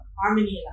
harmony